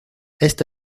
esta